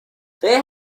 they